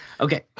Okay